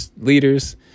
leaders